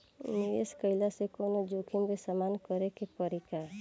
निवेश कईला से कौनो जोखिम के सामना करे क परि का?